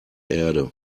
erde